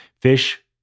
Fish